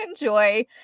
enjoy